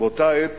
באותה עת